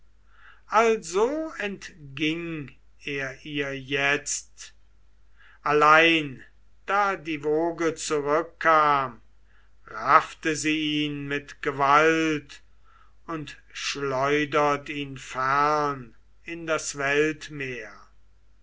also entging er ihr jetzt allein da die woge zurückkam raffte sie ihn mit gewalt und schleudert ihn fern in das weltmeer